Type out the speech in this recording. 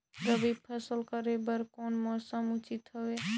रबी फसल करे बर कोन मौसम उचित हवे?